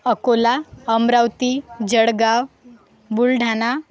Akola Amravati Jalgaon Buldhana